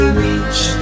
reach